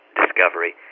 discovery